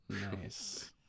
Nice